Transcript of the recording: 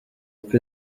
uko